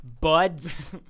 buds